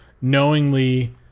knowingly